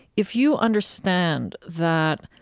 if you understand that